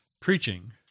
preaching